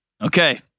Okay